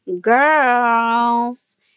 Girls